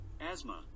asthma